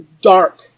dark